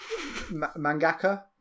mangaka